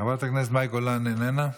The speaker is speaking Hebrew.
חברת הכנסת מאי גולן, איננה.